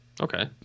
Okay